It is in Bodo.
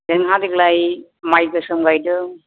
जोंहा देग्लाय माइ गोसोम गायदों